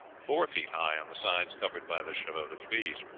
four feet high on the sides covered by the chevaux de frise.